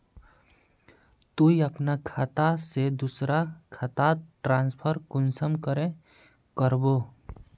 तुई अपना खाता से दूसरा खातात ट्रांसफर कुंसम करे करबो?